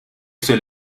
sur